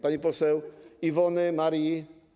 Pani poseł Iwony Marii.